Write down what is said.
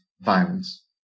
violence